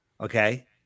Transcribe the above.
Okay